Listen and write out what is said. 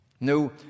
No